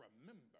remember